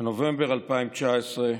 בנובמבר 2019,